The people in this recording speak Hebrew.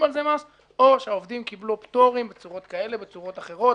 על זה מס או שהעובדים קיבלו פטורים בצורות כאלה ואחרות,